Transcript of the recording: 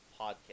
podcast